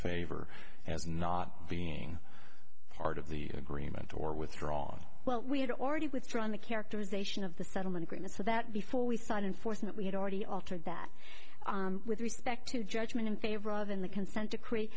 favor as not being part of the agreement or withdraw well we had already withdrawn the characterization of the settlement agreement so that before we side unfortunately had already altered that with respect to judgment in favor of in the consent decree